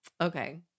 Okay